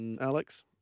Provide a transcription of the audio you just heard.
Alex